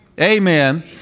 amen